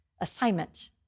assignment